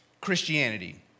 Christianity